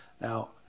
Now